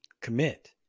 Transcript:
Commit